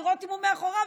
לראות אם הוא מאחוריו,